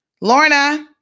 Lorna